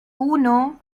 uno